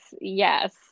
yes